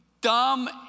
dumb